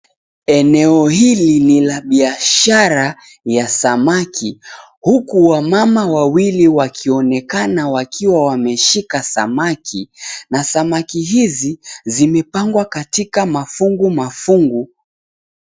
Eneo hili ni la biashara ya samaki, huku wamama wawili wakionekana wakiwa wameshika samaki na samaki hizi zimepangwa katika mafungu mafungu.